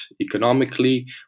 economically